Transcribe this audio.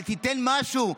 אבל תיתן משהו,